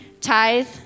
tithe